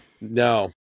no